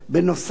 בנוסף,